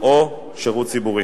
או שירות ציבורי,